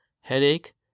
headache